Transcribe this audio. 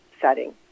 setting